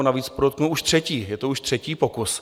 Navíc podotknu, už třetí, je to už třetí pokus.